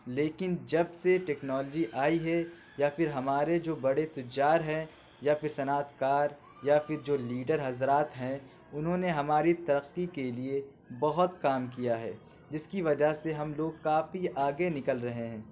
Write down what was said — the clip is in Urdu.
لیکن جب سے ٹیکنالوجی آئی ہے یا پھر ہمارے جو بڑے تجار ہیں یا پھر صنعت کار یا پھر جو لیڈر حضرات ہیں انہوں نے ہماری ترقی کے لیے بہت کام کیا ہے جس کی وجہ سے ہم لوگ کافی آگے نکل رہے ہیں